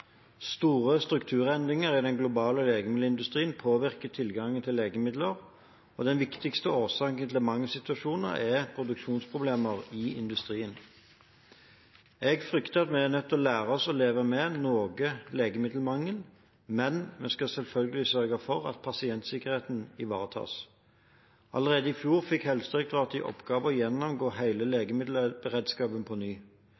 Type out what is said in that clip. Store strukturendringer i den globale legemiddelindustrien påvirker tilgangen til legemidler, og den viktigste årsaken til mangelsituasjoner er produksjonsproblemer i industrien. Jeg frykter at vi er nødt til å lære oss å leve med noe legemiddelmangel, men vi skal selvfølgelig sørge for at pasientsikkerheten ivaretas. Allerede i fjor fikk Helsedirektoratet i oppgave å gjennomgå hele legemiddelberedskapen på